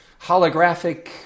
holographic